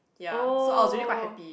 oh